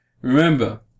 remember